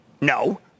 No